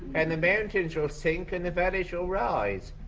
and the mountains will sink and the valley shall rise.